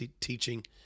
teaching